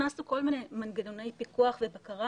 הכנסנו בהצעה כל מיני מנגנוני פיקוח ובקרה